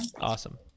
Awesome